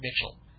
Mitchell